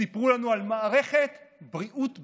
סיפרו לנו על מערכת בריאות בקריסה,